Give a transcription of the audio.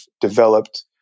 developed